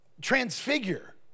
transfigure